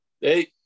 Hey